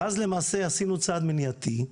אז מעשה עשינו צעד מניעתי.